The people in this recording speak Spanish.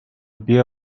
vía